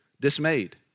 dismayed